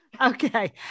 Okay